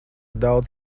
daudz